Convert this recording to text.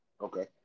Okay